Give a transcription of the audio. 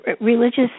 Religious